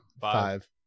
Five